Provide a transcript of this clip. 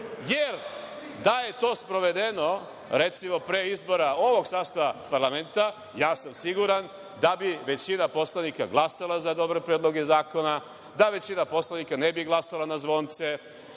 jer da je to sprovedeno pre izbora ovog sastava parlamenta, ja sam siguran da bi većina poslanika glasala za dobre predloge zakona, da većina poslanika ne bi glasala na zvonce,